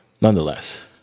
nonetheless